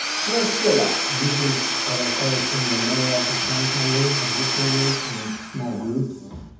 priscilla! using eleocharis in the middle of the tank only, at this moment, in small groups.